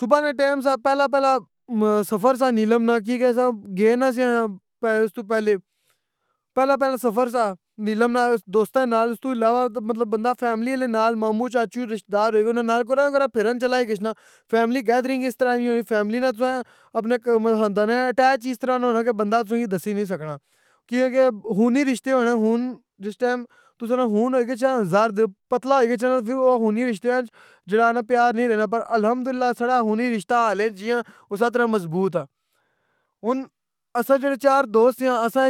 صبح نا ٹیم سا پہلا پہلا سفر سا نیلم نا، کیاں کے اسساں گئے نے سیاں استو پہلے، پہلا پہلا سفر سا نیلم نا، دوستاں نال مطلب کے استاں پہلے بندہ فیملی والے نال مامو چاچو رشتے دار ہیں، اننا نال کدھا نا کدھے پہرن چلا ای گچھنا، فیملی گیدرنگ اس طراں نی ہوئی، فیملی نال تساں اپنے خاندان کی اٹیچ ای اس طراں نال ہونا کی بندہ تساں کی دسی نا سکنا۔ کیاں نے خونی رشتے ہونے خون جد ٹائم تساں نا خون ہوئی گچھے زرد، پتلا ہوئی گچھے نا او فیر خونی رشتے اچ جیڑا نا پہر پیار نی رہنا مگر الحمداللہ، ساڑا خونی رشتہ حلیں جیاں اسے طرح مضبوط آ۔ ہن آساں جیڑے چار دوست زیاں اسساں